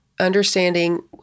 Understanding